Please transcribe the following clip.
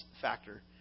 factor